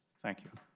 thank you.